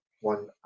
one